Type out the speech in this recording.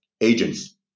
agents